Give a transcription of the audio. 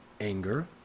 Anger